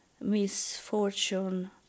misfortune